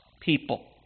people